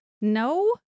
no